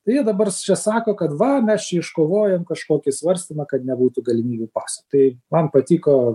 tai jie dabar čia sako kad va mes čia iškovojom kažkokį svarstymą kad nebūtų galimybių paso tai man patiko